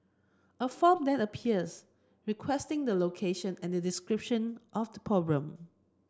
a form then appears requesting the location and a description of the problem